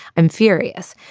i'm furious.